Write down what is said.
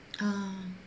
um